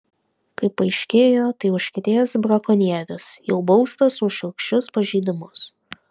kaip paaiškėjo tai užkietėjęs brakonierius jau baustas už šiurkščius pažeidimus